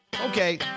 Okay